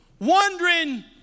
wondering